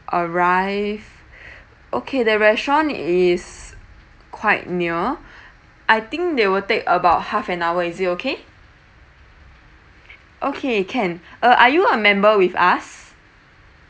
arrive okay the restaurant is quite near I think they will take about half an hour is it okay okay can uh are you a member with us